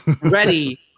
ready